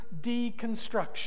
deconstruction